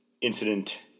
Incident